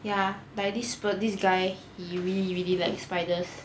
ya by this this guy he really really like spiders